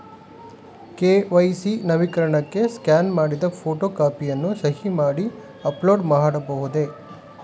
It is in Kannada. ಕೆ.ವೈ.ಸಿ ನವೀಕರಣಕ್ಕೆ ಸ್ಕ್ಯಾನ್ ಮಾಡಿದ ಫೋಟೋ ಕಾಪಿಯನ್ನು ಸಹಿ ಮಾಡಿ ಅಪ್ಲೋಡ್ ಮಾಡಬಹುದೇ?